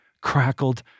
crackled